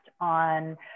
on